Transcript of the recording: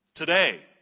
today